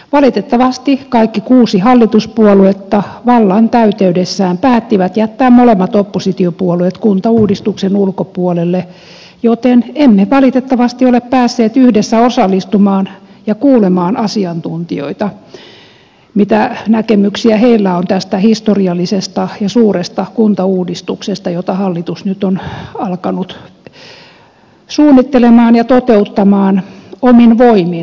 valitettavasti kaikki kuusi hallituspuoluetta vallantäyteydessään päättivät jättää molemmat oppositiopuolueet kuntauudistuksen ulkopuolelle joten emme valitettavasti ole päässeet yhdessä osallistumaan ja kuulemaan asiantuntijoita mitä näkemyksiä heillä on tästä historiallisesta ja suuresta kuntauudistuksesta jota hallitus nyt on alkanut suunnitella ja toteuttaa omin voimin